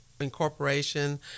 incorporation